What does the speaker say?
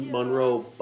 Monroe